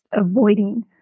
avoiding